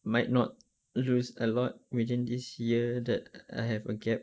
might not lose a lot within this year that I have a gap